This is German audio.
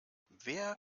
wer